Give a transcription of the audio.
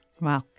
wow